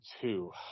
two